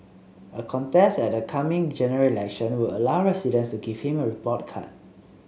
a contest at the coming General Election would allow residents to give him a report card